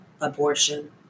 Abortion